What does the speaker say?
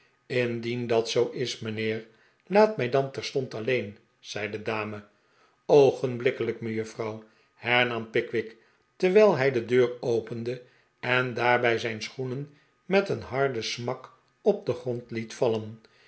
indien dat zoo is mijnheer laat mij dan terstond alleen zei de dame oogenblikkelijk mejuffrouw hernam pickwick terwijl hij de deur opende en daarbij zijn schoenen met een harden smak op den grond liet vallen